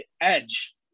edge